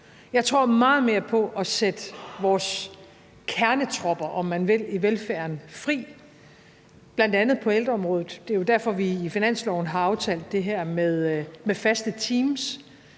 Jeg tror meget mere på at sætte vores kernetropper, om man vil, i velfærden fri, bl.a. på ældreområdet. Det er jo derfor, vi i finansloven har aftalt det her med faste teams,